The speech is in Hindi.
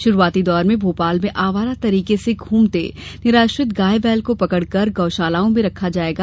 शुरूआती दौर में भोपाल में आवारा तरीके से घूमते निराश्रित गाय बैल को पकड़कर गौशाला में रखा जायेगा